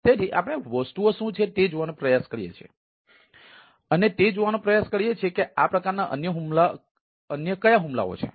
તેથી આપણે વસ્તુઓ શું છે તે જોવાનો પ્રયાસ કરીએ છીએ અને તે જોવાનો પ્રયાસ કરીએ છીએ કે આ પ્રકારના અન્ય કયા હુમલાઓ છે